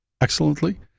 excellently